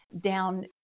down